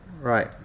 Right